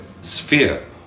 sphere